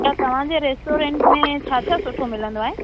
त तव्हांजे रेस्टोरंट में छा छा सुठो मिलंदो आहे